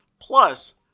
Plus